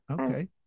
Okay